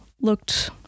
looked